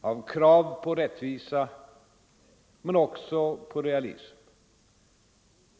av krav på rättvisa men också på realism.